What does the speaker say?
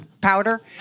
powder